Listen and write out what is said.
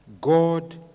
God